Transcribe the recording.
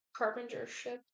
carpentership